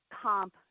comp